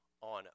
on